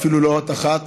אפילו לא אות אחת.